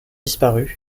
disparus